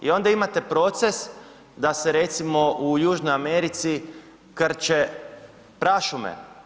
I onda imate proces da se recimo u Južnoj Americi krče prašume.